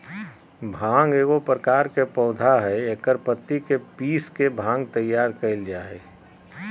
भांग एगो प्रकार के पौधा हइ एकर पत्ति के पीस के भांग तैयार कइल जा हइ